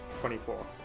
Twenty-four